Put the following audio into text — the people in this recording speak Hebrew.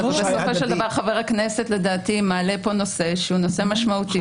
אבל בסופו של דבר חבר הכנסת לדעתי מעלה פה נושא שהוא נושא משמעותי.